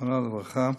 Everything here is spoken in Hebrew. זיכרונה לברכה,